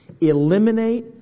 Eliminate